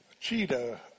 Cheetah